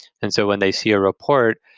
and so when they see a report,